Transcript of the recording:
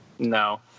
No